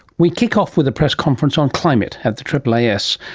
we kick off with a press conference on climate at the aaas,